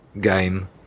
game